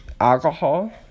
alcohol